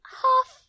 half